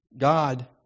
God